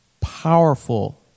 Powerful